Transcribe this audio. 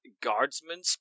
guardsmen